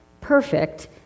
perfect